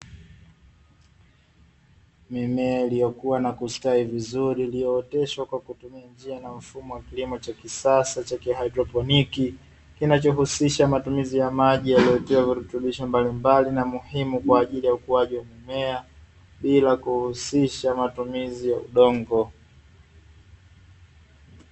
Mimemea iliyokuwa na kustawi vizuri kilichokuwa na kustawi vizuri kilimo hichi kinatumia maji yenye virutubisho badala ya udongo